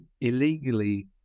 illegally